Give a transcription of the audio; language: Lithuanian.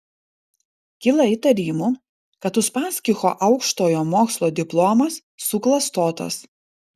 kyla įtarimų kad uspaskicho aukštojo mokslo diplomas suklastotas